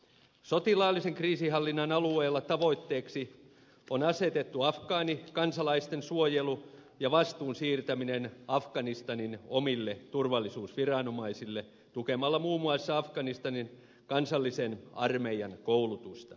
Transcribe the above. sotilaallisen kriisinhallinnan alueella tavoitteeksi on asetettu afgaanikansalaisten suojelu ja vastuun siirtäminen afganistanin omille turvallisuusviranomaisille tukemalla muun muassa afganistanin kansallisen armeijan koulutusta